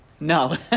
No